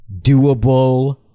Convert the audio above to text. doable